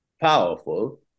powerful